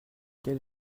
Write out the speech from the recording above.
quel